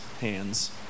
hands